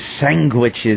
sandwiches